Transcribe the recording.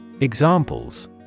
Examples